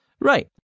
Right